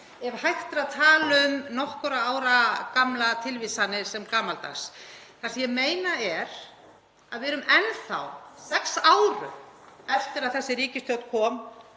ef hægt er að tala um nokkurra ára gamlar tilvísanir sem gamaldags. Það sem ég meina er að við erum enn þá, sex árum eftir að þessi ríkisstjórn kom